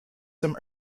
some